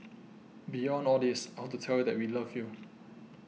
beyond all this I want to tell you that we love you